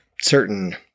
certain